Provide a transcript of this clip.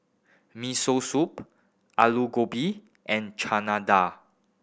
Miso Soup Alu Gobi and Chana Dal